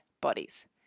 bodies